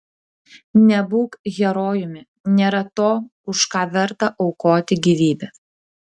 nebūk herojumi nėra to už ką verta aukoti gyvybę